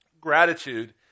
Gratitude